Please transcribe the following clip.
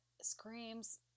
screams